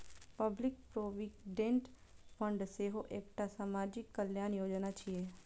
public provident fund सेहो एकटा सामाजिक कल्याण योजना छियै